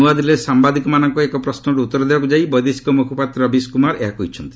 ନ୍ତଆଦିଲ୍ଲୀରେ ସାମ୍ଭାଦିକମାନଙ୍କ ଏକ ପ୍ରଶ୍ନର ଉତ୍ତର ଦେବାକୁ ଯାଇ ବୈଦେଶିକ ମୁଖପାତ୍ର ରବୀଶ୍ କୁମାର ଏହା କହିଛନ୍ତି